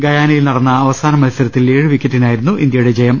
ഗയാനയിൽ നടന്ന അവസാന മത്സരത്തിൽ ഏഴു വിക്കറ്റിനായിരുന്നു ഇന്ത്യ യുടെ വിജയം